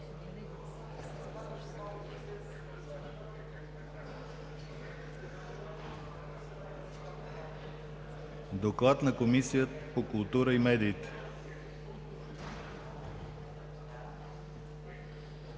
Доклад на Комисията по културата и медиите